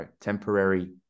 temporary